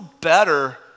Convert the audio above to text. better